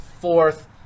fourth